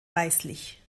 weißlich